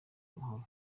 amahoro